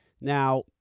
Now